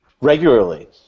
Regularly